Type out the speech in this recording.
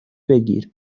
بگیرین